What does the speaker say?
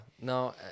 no